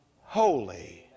holy